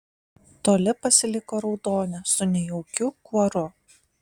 toli pasiliko raudonė su nejaukiu kuoru